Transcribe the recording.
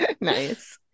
nice